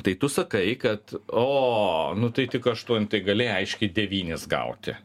tai tu sakai kad o nu tai tik aštuoni tai gali aiškiai devynis gauti